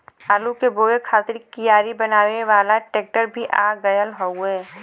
आलू के बोए खातिर कियारी बनावे वाला ट्रेक्टर भी आ गयल हउवे